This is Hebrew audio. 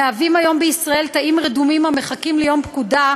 הם היום בישראל תאים רדומים המחכים ליום פקודה,